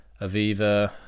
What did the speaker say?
Aviva